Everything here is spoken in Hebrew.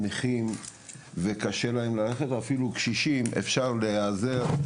נכים או אפילו קשישים שקשה להם ללכת,